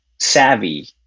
savvy